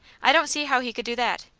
i don't see how he could do that.